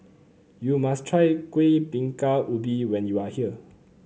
you must try Kuih Bingka Ubi when you are here